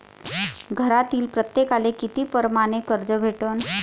घरातील प्रत्येकाले किती परमाने कर्ज भेटन?